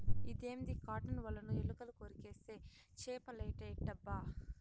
ఇదేంది కాటన్ ఒలను ఎలుకలు కొరికేస్తే చేపలేట ఎట్టబ్బా